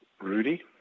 Rudy